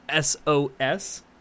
SOS